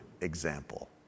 example